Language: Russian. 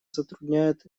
затрудняют